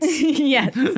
Yes